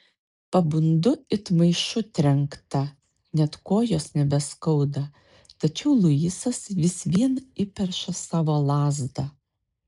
pabundu it maišu trenkta net kojos nebeskauda tačiau luisas vis vien įperša savo lazdą